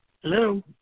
Hello